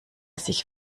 sich